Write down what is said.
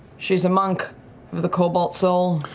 she's a monk of the cobalt soul.